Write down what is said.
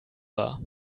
war